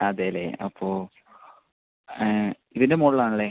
അതെ അല്ലേ അപ്പോൾ ഇതിൻ്റെ മുകളിൽ ആണല്ലേ